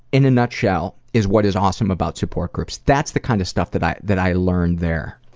in a nutshell, is what is awesome about support groups. that's the kind of stuff that i that i learned there.